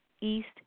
East